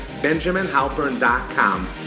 BenjaminHalpern.com